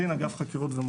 בבקשה.